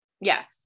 Yes